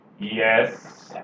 Yes